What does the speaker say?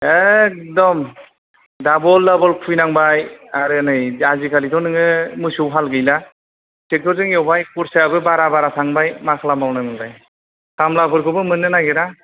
एखदम double double खुयनांबाय आरो नै आजिखालिथ' नोङो मोसौ हाल गैला ट्रेक्टरजों एवबाय खरसायाबो बारा बारा थांबाय मा खालामबावनो नोंलाय खामलाफोरखौबो मोन्नो नागिरा